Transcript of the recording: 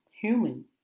human